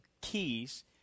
keys